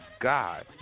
God